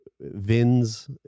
Vins